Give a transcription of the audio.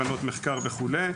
קרנות מחקר וכולי.